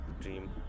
dream